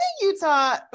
Utah